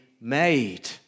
made